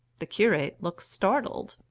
the curate looked startled.